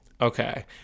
okay